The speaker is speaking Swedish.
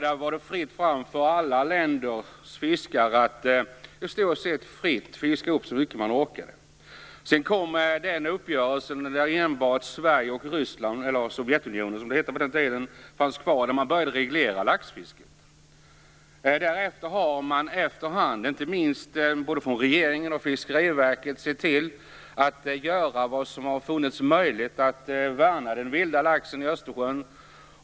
Där var det fritt fram för alla länders fiskare att i stort sett fritt fiska upp så mycket man orkade. Sedan kom uppgörelsen mellan Sverige och Sovjetunionen, som det hette på den tiden, där man började reglera laxfisket. Därefter har man efter hand, inte minst från både regeringen och Fiskeriverket, sett till att göra vad som befunnits möjligt för att värna den vilda laxen i Östersjön.